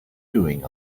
doing